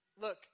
Look